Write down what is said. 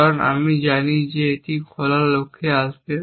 কারণ আমি জানি যে এটি খোলা লক্ষ্যে আসবে